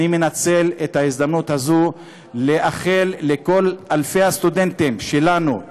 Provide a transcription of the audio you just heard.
מנצל את ההזדמנות הזאת לאחל לכל אלפי הסטודנטים שלנו,